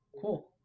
cool